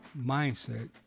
mindset